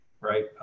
right